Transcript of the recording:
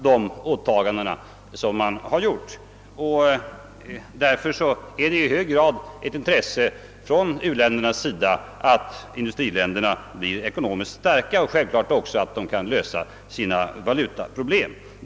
Det är i hög grad också ett intresse för u-länderna att industriländerna kan lösa sina valutaproblem.